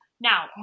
Now